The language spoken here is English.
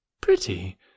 Pretty